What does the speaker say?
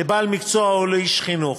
לבעל מקצוע או לאיש חינוך